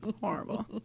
horrible